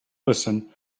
listen